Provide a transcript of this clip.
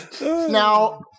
Now